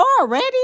already